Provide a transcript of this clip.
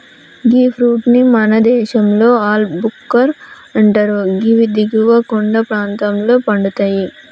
గీ fruit ని మన దేశంలో ఆల్ భుక్కర్ అంటరు గివి దిగువ కొండ ప్రాంతంలో పండుతయి